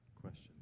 question